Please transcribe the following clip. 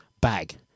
bag